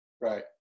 Right